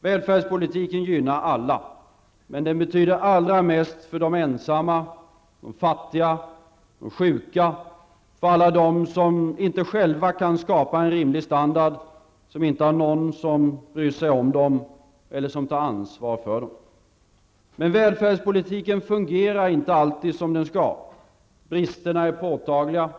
Välfärdspolitiken gynnar alla, men den betyder allra mest för de ensamma, fattiga och sjuka och för alla dem som inte själva kan skapa en rimlig standard och som inte har någon som bryr sig om dem eller tar ansvar för dem. Men välfärdspolitiken fungerar inte alltid som den skall. Bristerna är påtagliga.